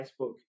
Facebook